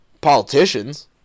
politicians